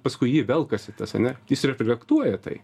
paskui jį velkasi tas ane jis reflektuoja tai